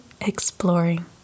exploring